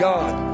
God